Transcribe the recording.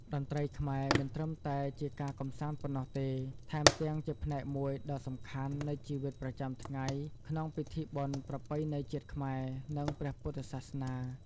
តន្ត្រីខ្មែរមិនត្រឹមតែជាការកម្សាន្តប៉ុណ្ណោះទេ ថែមទាំងជាផ្នែកមួយដ៏សំខាន់នៃជីវិតប្រចាំថ្ងៃក្នុងពិធីបុណ្យប្រពៃណីជាតិខ្មែរ និងពព្រះពុទ្ធសាសនា។